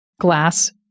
glass